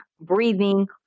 breathing